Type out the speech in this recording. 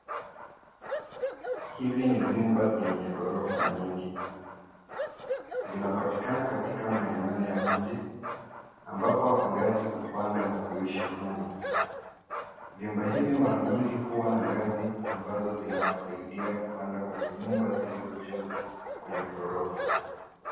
Hivi ni vyumba vyenye ghorofa nyingi, vinapatikana katika maeneo ya mji ambapo wapangaji hupanga na kuishi humo. Vyumba hivi mara nyingi huwa na ngazi ambazo zina wasaidia kupanda kwenye nyumba zilizo juu kwenye ghorofa.